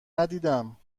ندیدم